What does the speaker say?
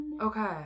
okay